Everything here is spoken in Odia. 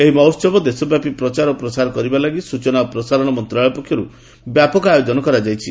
ଏହି ମହୋତ୍ସବର ଦେଶବ୍ୟାପୀ ପ୍ରଚାର ଓ ପ୍ରସାର କରିବା ଲାଗି ସୂଚନା ଓ ପ୍ରସାରଣ ମନ୍ତ୍ରଶାଳୟ ପକ୍ଷରୁ ବ୍ୟାପକ ଆୟୋଜନ କରାଯାଇଛି